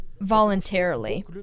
voluntarily